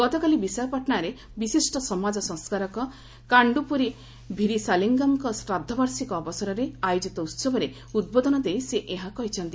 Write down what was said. ଗତକାଲି ବିଶାଖାପାଟନାରେ ବିଶିଷ୍ଟ ସମାଜ ସଂସ୍କାରକ କାଣ୍ଡ୍ରପୁରୀ ଭୀରିସାଲିଙ୍ଗମ୍ଙ୍କ ଶ୍ରାଦ୍ଧବାର୍ଷିକ ଅବସରରେ ଆୟୋଜିତ ଉତ୍ସବରେ ଉଦ୍ବୋଧନ ଦେଇ ସେ ଏହା କହିଛନ୍ତି